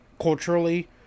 culturally